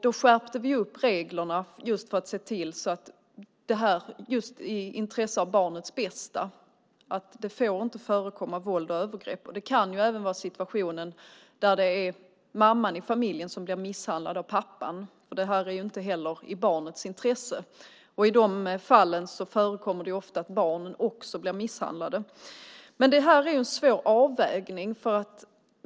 Då skärpte vi reglerna för att se till att det för barnens bästa inte får förekomma våld och övergrepp. Det kan även vara så att mamman i familjen blir misshandlad av pappan. Det ligger inte heller i barnens intresse. I de fallen förekommer det ofta att barnen också blir misshandlade. Men det här är en svår avvägning.